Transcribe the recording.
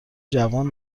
جوان